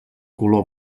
color